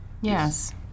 Yes